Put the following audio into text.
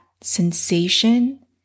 sensation